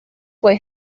what